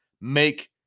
make